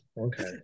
okay